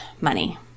money